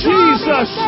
Jesus